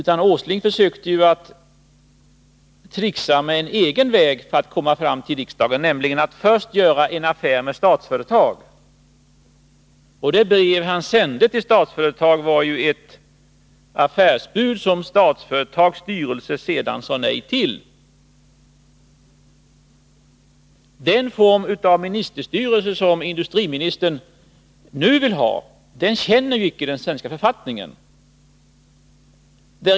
Han försökte i stället tricksa med en egen väg för att komma fram till riksdagen, nämligen att först göra en affär med Statsföretag. Det brev han sände till Statsföretag innehöll ett affärsbud, vilket Statsföretags styrelse sade nej till. Den form av ministerstyre som industriministern nu vill ha är ffämmande för den svenska författningen.